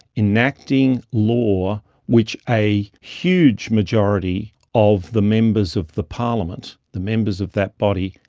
enacting law which a huge majority of the members of the parliament, the members of that body,